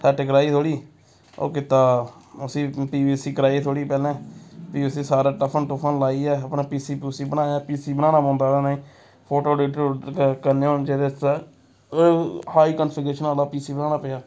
set कराई थोह्ड़ी ओह् कीता उसी पी एस सी कराई थोह्ड़ी पैह्लें फ्ही उसी सारा टफन टुफन लाइयै अपने पी सी पी सी बनाया पी सी बनाना पौंदा ओह्दे ताईं फोटो करने होन जेह्दे आस्तै हाई कन्फीग्रेशन आह्ला पी सी बनाना पेआ